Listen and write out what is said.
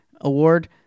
award